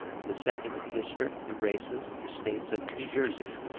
the second district embraces the states of new jersey,